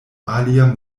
alia